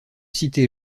citer